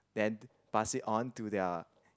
then pass it on to their